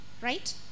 Right